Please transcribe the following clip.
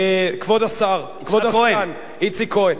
כבוד השר, כבוד הסגן, איציק כהן.